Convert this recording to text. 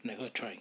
let her try